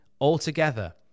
altogether